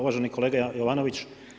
Uvaženi kolega Jovanović.